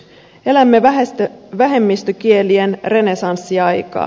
elämme vähemmistökielien renessanssiaikaa